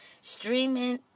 streaming